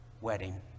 wedding